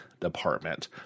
department